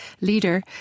leader